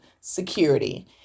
Security